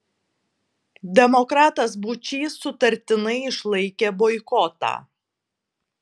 demokratas būčys sutartinai išlaikė boikotą